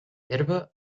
herba